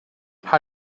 how